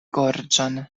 gorĝon